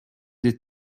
des